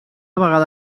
vegada